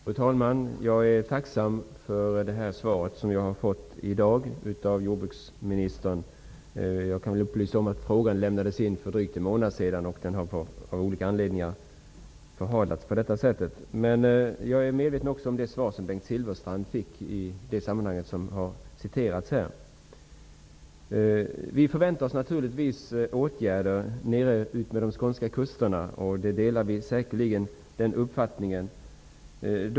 Fru talman! Jag är tacksam för det svar som jag har fått i dag av jordbruksministern. Jag kan upplysa om att frågan lämnades in för drygt en månad sedan och att dess besvarande av olika anledningar har blivit förhalat. Jag är också medveten om det svar som Bengt Silfverstrand har fått i frågan och som det hänvisats till här. Vi förväntar oss naturligtvis åtgärder utmed de danska kusterna, och vi delar de redovisade uppfattningarna.